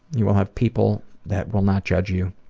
you will have people that will not judge you,